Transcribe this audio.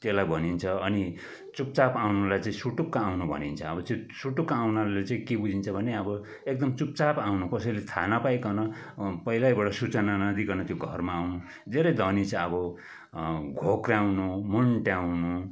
त्यसलाई भनिन्छ अनि चुपचाप आउनुलाई चाहिँ सुटुक्क आउनु भनिन्छ अब सुटुक्क आउनलाई चाहिँ के बुझिन्छ भने अब एकदम चुपचाप आउनु कसैले थाहा नपाइकन पहिल्यैबाट सूचना नदिइकन त्यो घरमा आउनु धेरै धनी छ अब घोक्राउनु मुन्ट्याउनु